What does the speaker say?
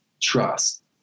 trust